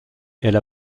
elle